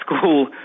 school